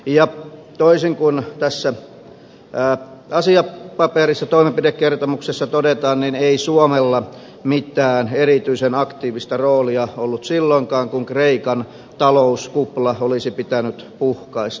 ja toisin kuin tässä asiapaperissa toimenpidekertomuksessa todetaan ei suomella mitään erityisen aktiivista roolia ollut silloinkaan kun kreikan talouskupla olisi pitänyt puhkaista